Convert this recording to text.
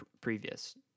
previous